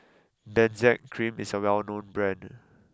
Benzac Cream is a well known brand